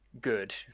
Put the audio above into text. good